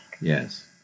Yes